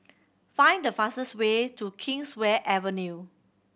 find the fastest way to Kingswear Avenue